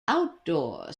outdoor